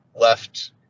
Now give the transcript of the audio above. left